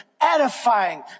edifying